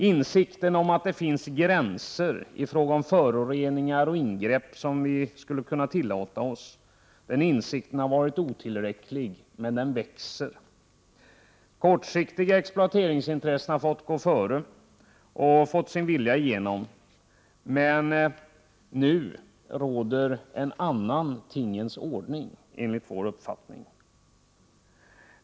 Insikten om att det finns gränser i fråga om föroreningar och ingrepp som vi skulle kunna tillåta oss har varit otillräcklig, men den växer. Kortsiktiga exploateringsintressen har fått gå före och fått sin vilja igenom, men nu råder en annan tingens ordning, enligt vår uppfattning.